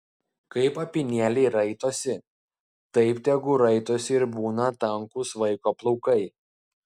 kaip apynėliai raitosi taip tegul raitosi ir būna tankūs vaiko plaukai